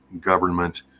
government